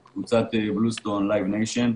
וגם המספרים, לא להיצמד למספר של 50 איש.